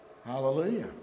Hallelujah